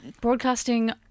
broadcasting